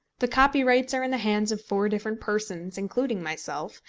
the copyrights are in the hands of four different persons, including myself,